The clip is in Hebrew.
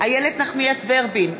איילת נחמיאס ורבין,